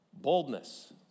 Boldness